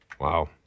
Wow